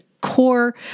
core